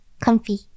comfy